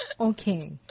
Okay